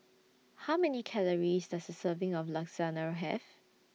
How Many Calories Does A Serving of Lasagna Have